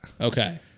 Okay